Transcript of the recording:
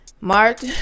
March